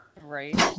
Right